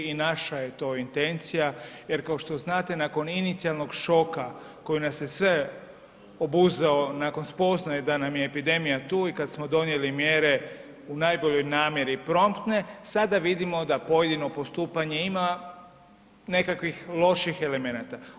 I naša je to intencija jer kao što znate nakon inicijalnog šoka koji nas je sve obuzeo nakon spoznaje da nam je epidemija tu i kada smo donijeli mjere u najboljoj namjeri promptne, sada vidimo da pojedino postupanje ima nekakvih loših elemenata.